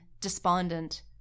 despondent